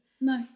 No